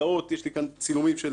יש לי פה צילומים של שיווקים,